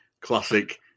Classic